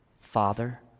Father